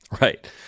Right